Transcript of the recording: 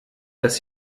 dass